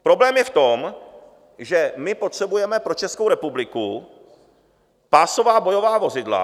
Problém je v tom, že potřebujeme pro Českou republiku pásová bojová vozidla.